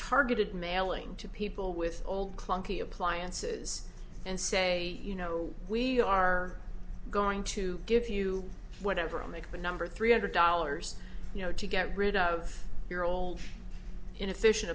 targeted mailing to people with old clunky appliances and say you know we are going to give you whatever make the number three hundred dollars you know to get rid of your old inefficient